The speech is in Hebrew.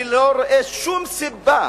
אני לא רואה שום סיבה